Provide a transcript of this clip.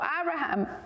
abraham